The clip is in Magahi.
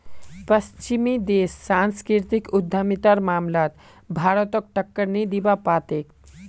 पश्चिमी देश सांस्कृतिक उद्यमितार मामलात भारतक टक्कर नी दीबा पा तेक